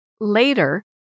Later